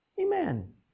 Amen